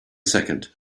second